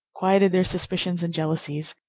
quieted their suspicions and jealousies,